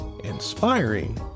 inspiring